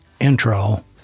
intro